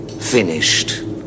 finished